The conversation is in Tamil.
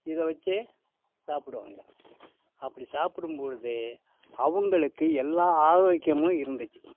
இதை வச்சே சாப்பிடுவாங்க அப்படி சாப்பிடும்பொழுது அவர்களுக்கு எல்லா ஆரோக்கியமும் இருந்துச்சு